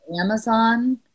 Amazon